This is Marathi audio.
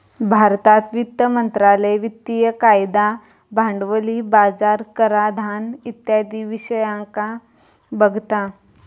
भारतात वित्त मंत्रालय वित्तिय कायदा, भांडवली बाजार, कराधान इत्यादी विषयांका बघता